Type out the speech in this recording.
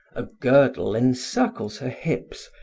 a girdle encircles her hips,